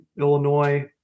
Illinois